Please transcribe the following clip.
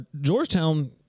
Georgetown